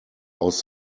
aus